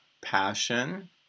passion